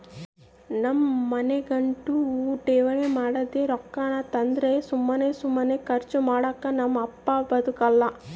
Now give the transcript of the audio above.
ನಮ್ ಮನ್ಯಾಗಂತೂ ಠೇವಣಿ ಮಾಡಿದ್ ರೊಕ್ಕಾನ ತಂದ್ರ ಸುಮ್ ಸುಮ್ನೆ ಕರ್ಚು ಮಾಡಾಕ ನಮ್ ಅಪ್ಪ ಬುಡಕಲ್ಲ